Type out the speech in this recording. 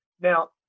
Now